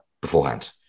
beforehand